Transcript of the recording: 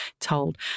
told